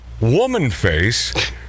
womanface